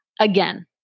Again